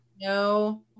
no